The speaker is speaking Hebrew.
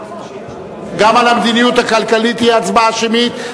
גם על המדיניות הכלכלית תהיה הצבעה שמית.